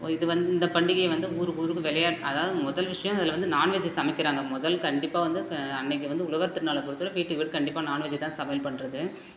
இது வந்து இந்த பண்டிகை வந்து ஊருக்கு ஊருக்கு விளையாட்டு அதாவது முதல் விஷயம் அதில் வந்து நான்வெஜ் சமைக்கிறாங்க முதல் கண்டிப்பாக வந்து க அன்றைக்கி வந்து உழவர் திருநாளை பொறுத்த வரையில் வீட்டுக்கு வீடு கண்டிப்பாக நான்வெஜ் தான் சமையல் பண்ணுறது